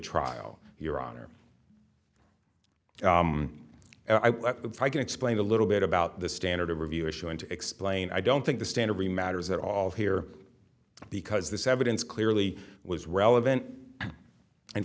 trial your honor if i can explain a little bit about the standard of review issue and to explain i don't think the standard remasters at all here because this evidence clearly was relevant in